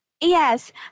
yes